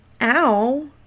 ow